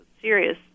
serious